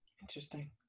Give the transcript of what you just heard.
Interesting